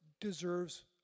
deserves